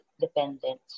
dependent